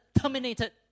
terminated